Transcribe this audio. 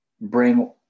bring